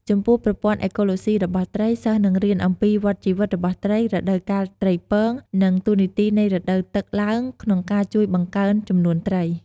ចំពោះប្រព័ន្ធអេកូឡូសុីរបស់ត្រី សិស្សនឹងរៀនអំពីវដ្តជីវិតរបស់ត្រី រដូវកាលត្រីពង និងតួនាទីនៃរដូវទឹកឡើងក្នុងការជួយបង្កើនចំនួនត្រី។